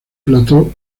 plató